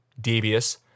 devious